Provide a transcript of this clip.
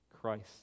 Christ